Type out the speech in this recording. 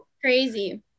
Crazy